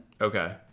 Okay